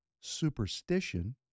Superstition